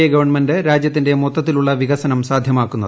A government രാജ്യത്തിന്റെ മൊത്തത്തിലുളള വിക്സ്ഠന്ം സാധ്യമാക്കുന്നത്